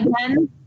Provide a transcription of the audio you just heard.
Again